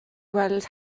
weld